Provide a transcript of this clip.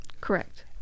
Correct